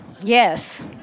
Yes